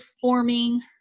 forming